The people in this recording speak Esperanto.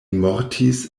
mortis